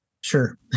Sure